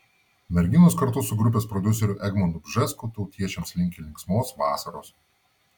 merginos kartu su grupės prodiuseriu egmontu bžesku tautiečiams linki linksmos vasaros